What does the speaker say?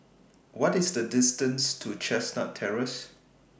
What IS The distance to Chestnut Terrace